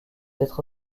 être